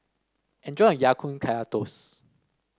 enjoy your Ya Kun Kaya Toast